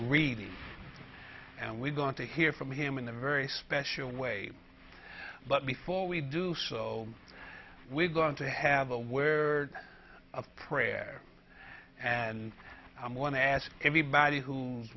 reading and we're going to hear from him in a very special way but before we do so we're going to have aware of prayer and i'm going to ask everybody who